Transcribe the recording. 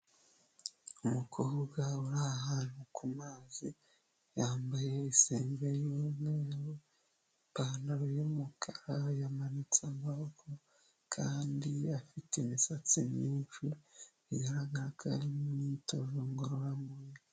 Umukobwa uri ahantu ku mazi yambaye isengeri y'umweru ipantaro yumukara yamanitse amaboko kandi afite imisatsi myinshi bigaragara ko ri mumyitozo ngororamubiri.